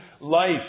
life